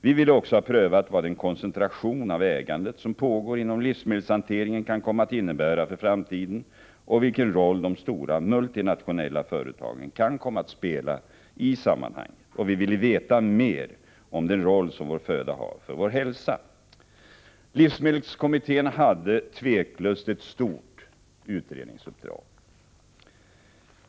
Vi ville också ha prövat vad den koncentration av ägandet som pågår inom livsmedelshanteringen kan komma att innebära för framtiden, och vilken roll de stora multinationella företagen kan komma att spela i sammanhanget. Och vi ville veta mer om den roll som vår föda har för vår hälsa. Livsmedelskommittén hade tveklöst ett stort utredningsuppdrag.